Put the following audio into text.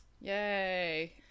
Yay